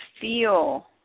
feel